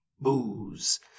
booze